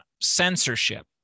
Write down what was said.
censorship